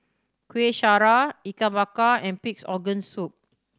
Kueh Syara Ikan Bakar and Pig's Organ Soup